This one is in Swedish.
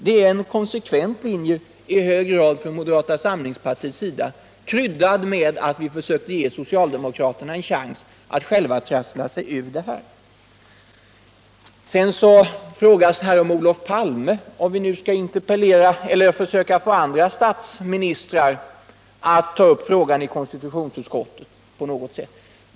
Det är en i hög grad konsekvent linje från moderata samlingspartiets sida, kryddad med att vi försökte ge socialdemokraterna en chans att själva trassla sig ur situationen. Här har frågats om vi nu skall försöka ta upp frågan i konstitutionsutskottet med andra statsministrar.